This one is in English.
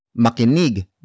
makinig